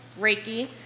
Reiki